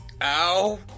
Ow